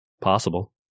possible